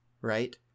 right